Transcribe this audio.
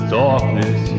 darkness